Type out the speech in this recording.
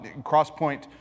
Crosspoint